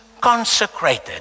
consecrated